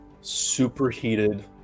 superheated